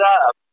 up